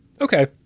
okay